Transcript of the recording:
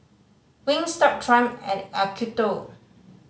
Wingstop Triumph and Acuto